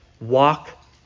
walk